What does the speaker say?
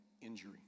injury